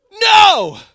No